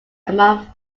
among